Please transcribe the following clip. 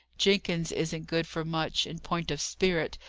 jenkins isn't good for much, in point of spirit,